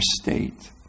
state